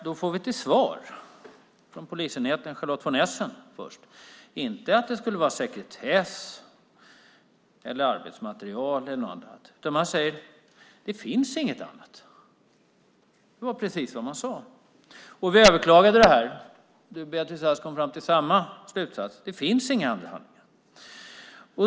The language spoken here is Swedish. Då får vi till svar från Charlotte von Essen vid polisenheten att det inte är sekretess eller arbetsmaterial eller något annat. Man säger: Det finns inget annat. Det var precis vad man sade. Vi överklagade det. Beatrice Ask kom fram till samma slutsats: Det finns inga andra.